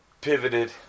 pivoted